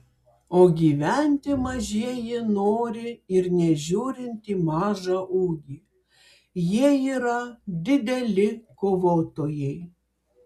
o gyventi mažieji nori ir nežiūrint į mažą ūgį jie yra dideli kovotojai